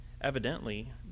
Evidently